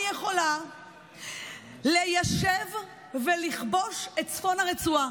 אני יכולה ליישב ולכבוש את צפון הרצועה.